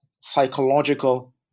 psychological